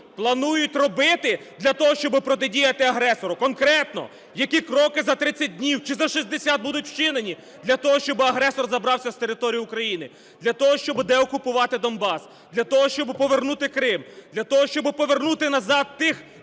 планують робити для того, щоби протидіяти агресору? Конкретно які кроки за 30 днів чи за 60 будуть вчинені для того, щоб агресор забрався з території України? Для того, щоб деокупувати Донбас, для того, щоби повернути Крим, для того, щоби повернути назад тих